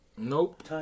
Nope